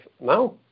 now